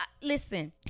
listen